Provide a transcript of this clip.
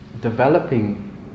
developing